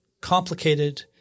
complicated